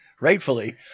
Rightfully